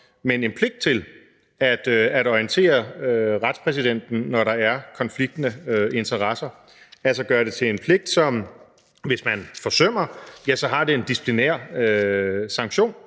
men pligt til at orientere retspræsidenten, når der er konfliktende interesser. Man kan altså gøre det til en pligt, så det, hvis man forsømmer den, har en disciplinær sanktion